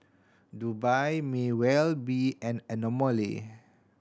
Dubai may well be an anomaly